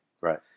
Right